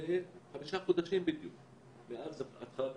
כמו שאמרה ציפי, זה אומנים מבצעים.